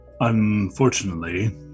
Unfortunately